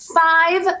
five